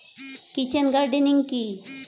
Kitchen gardening কি?